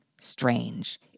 strange